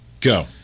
Go